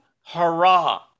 hurrah